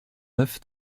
neuf